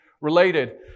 Related